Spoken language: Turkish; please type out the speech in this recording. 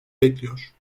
bekliyor